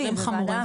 זו ועדה אחת,